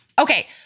Okay